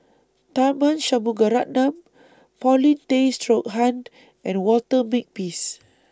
Tharman Shanmugaratnam Paulin Tay Straughan and Walter Makepeace